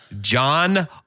John